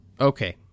Okay